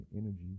energy